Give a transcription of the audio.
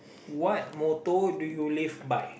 what motto do you live by